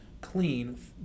clean